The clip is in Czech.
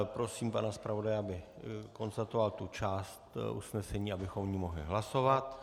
Prosím pana zpravodaje, aby konstatoval tu část usnesení, abychom o ní mohli hlasovat.